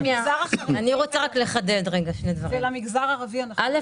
אני רוצה לחדד: א',